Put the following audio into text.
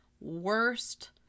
Worst